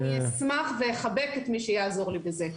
אני אשמח ואחבק את מי שיעזור לי בזה.